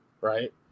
right